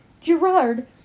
Gerard